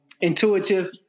intuitive